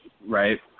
right